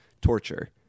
torture